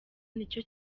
nicyo